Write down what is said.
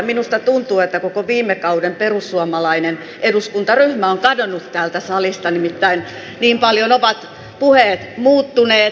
minusta tuntuu että koko viime kauden perussuomalainen eduskuntaryhmä on kadonnut täältä salista nimittäin niin paljon ovat puheet muuttuneet